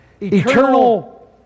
eternal